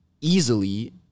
easily